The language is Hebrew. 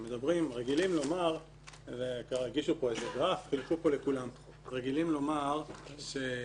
רגילים לומר והגישו פה איזה גרף וחילקו לכולם רגילים לומר שמבחינה